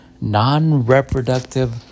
non-reproductive